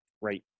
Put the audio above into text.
right